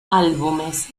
álbumes